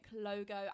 logo